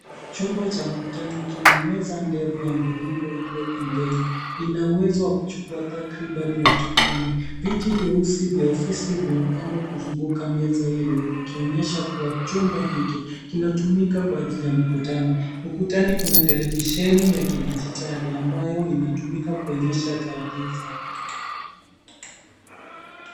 Chumba cha mkutano kimepambwa kwa mapambo ya kuvutia. Kina uwezo wa kuchukua takribani watu kumi. Viti vya ofisi vilivyopangwa kuzunguka meza vinaonyesha kuwa chumba hiki kinatumika kwa shughuli za mikutano. Pia, kuna televisheni ya kidigitali inayotumika kuonyesha taarifa.